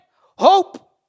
hope